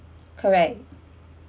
correct